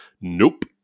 Nope